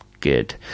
good